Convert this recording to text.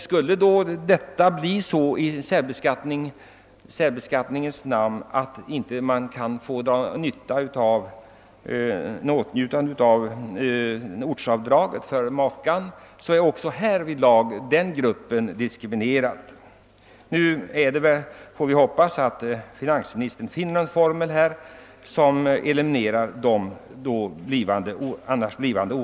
Skulle särbeskattningen leda till att man inte kan få åtnjuta ortsavdrag för makan, blir också denna grupp diskriminerad. Vi får hoppas att finansministern finner former som eliminerar de orättvisor som annars uppkommer.